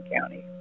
County